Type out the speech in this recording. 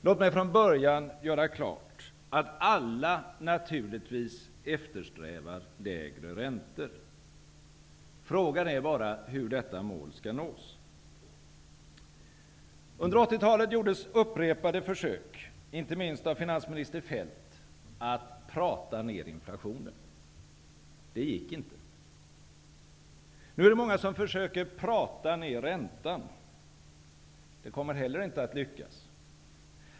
Låt mig från början göra klart att alla naturligtvis eftersträvar lägre räntor. Frågan är bara hur detta mål skall nås. Under 1980-talet gjordes upprepade försök, inte minst av finansminister Feldt, att prata ned inflationen. Det gick inte. Nu är det många som försöker prata ned räntan. Det kommer inte heller att lyckas.